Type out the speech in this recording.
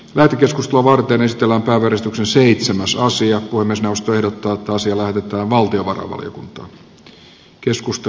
nato keskustelua varten aistellaanpa verotuksen seitsemäs osia voi myös puhemiesneuvosto ehdottaa että asia lähetetään valtiovarainvaliokuntaan